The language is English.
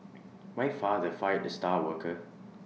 my father fired the star worker